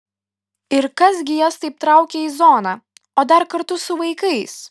ir kas gi jas taip traukia į zoną o dar kartu su vaikais